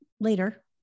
later